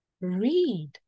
read